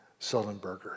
Sullenberger